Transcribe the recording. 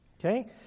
Okay